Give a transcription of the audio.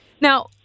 Now